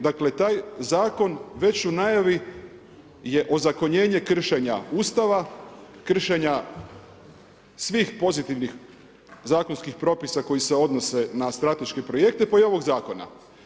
Dakle, taj zakon već u najavi je ozakonjenje kršenja Ustava, kršenja svih pozitivnih zakonskih propisa koji se odnose na strateške projekte, pa i ovog zakona.